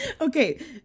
Okay